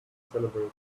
celebrate